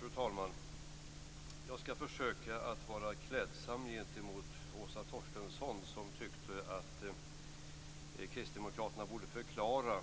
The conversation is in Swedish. Fru talman! Jag skall försöka att vara klädsam gentemot Åsa Torstensson som tyckte att kristdemokraterna borde förklara